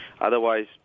Otherwise